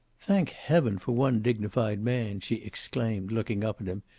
thank heaven for one dignified man, she exclaimed, looking up at him.